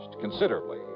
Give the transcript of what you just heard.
considerably